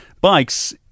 Bikes